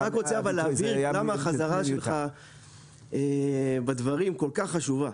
אבל אני רק רוצה להבהיר למה החזרה שלך בדברים כל כך חשובה.